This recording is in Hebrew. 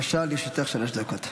בבקשה, לרשותך שלוש דקות.